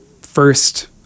first